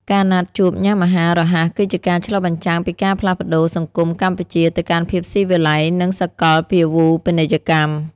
ការណាត់ជួបញ៉ាំអាហាររហ័សគឺជាការឆ្លុះបញ្ចាំងពីការផ្លាស់ប្ដូរសង្គមកម្ពុជាទៅកាន់ភាពស៊ីវិល័យ និងសកលភាវូបនីយកម្ម។